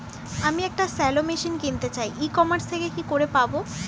আমি একটি shallow machine কিনতে চাই ই কমার্স থেকে কি করে পাবো?